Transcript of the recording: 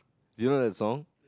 do you like song